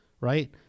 right